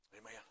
Amen